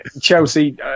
Chelsea